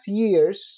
years